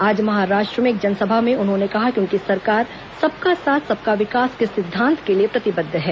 आज महाराष्ट्र में एक जनसभा में उन्होंने कहा कि उनकी सरकार सबका साथ सबका विकास के सिद्धांत के लिए प्रतिबद्ध है